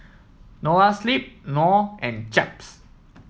Noa Sleep Knorr and Chaps